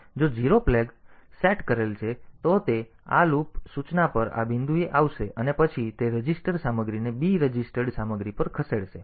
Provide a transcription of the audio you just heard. તેથી જો 0 flag set કરેલ છે તો તે આ લૂપ સૂચના પર આ બિંદુએ આવશે અને પછી તે રજીસ્ટર સામગ્રીને b રજિસ્ટર્ડ સામગ્રી પર ખસેડશે